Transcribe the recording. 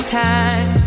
time